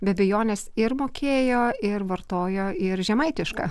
be abejonės ir mokėjo ir vartojo ir žemaitišką